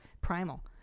primal